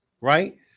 Right